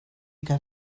got